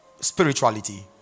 spirituality